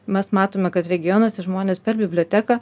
mes matome kad regionuose žmonės per biblioteką